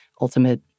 ultimate